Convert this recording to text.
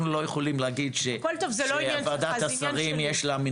לגבי הטענה שעלתה פה על פערים לכאורה בין נציב